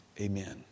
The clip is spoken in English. Amen